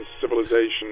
civilization